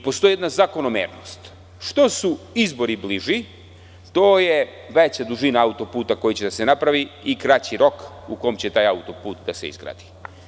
Postoji jedna zakonomernost – što su izbori bliži, to je veća dužina auto-puta koji će da se napravi i kraći rok u kom će taj auto-put da se izgradi.